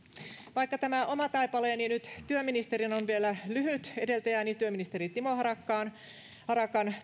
vaikka tämä oma taipaleeni nyt työministerinä on vielä lyhyt edeltäjäni työministeri timo harakan harakan